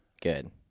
good